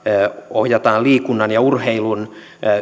ohjataan liikunnan ja urheilun